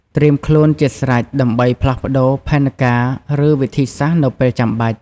ត្រៀមខ្លួនជាស្រេចដើម្បីផ្លាស់ប្តូរផែនការ ឬវិធីសាស្រ្តនៅពេលចាំបាច់។